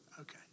Okay